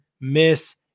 miss